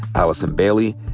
allison bailey,